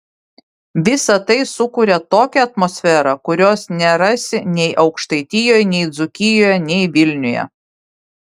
visa tai sukuria tokią atmosferą kurios nerasi nei aukštaitijoje nei dzūkijoje nei vilniuje